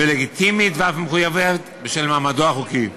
ולגיטימית ואף מחויבת בשל מעמדו החוקי.